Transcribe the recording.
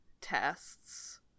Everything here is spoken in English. tests